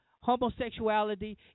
homosexuality